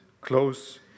close